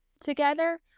together